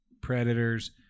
Predators